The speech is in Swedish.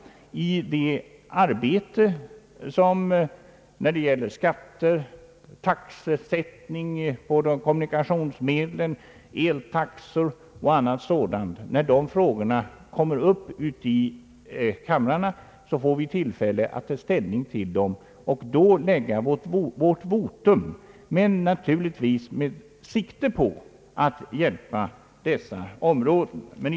När frågor om skatter, taxesättning på kommunikationsmedel, eltaxor och annat kommer upp i kamrarna får vi tillfälle att ta ställning till dem och lägga vårt votum, men naturligtvis med sikte på att hjälpa de utsatta områdena.